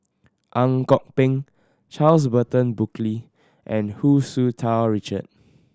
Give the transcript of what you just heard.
Ang Kok Peng Charles Burton Buckley and Hu Tsu Tau Richard